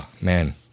man